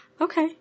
okay